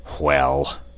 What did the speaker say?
Well